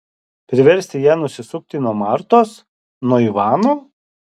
priversti ją nusisukti nuo martos nuo ivano